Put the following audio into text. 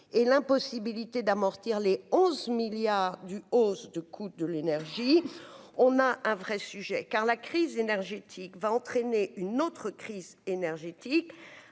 et l'impossibilité d'amortir les 11 milliards du hausse de coût de l'énergie, on a un vrai sujet, car la crise énergétique va entraîner une autre crise énergétique